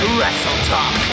WrestleTalk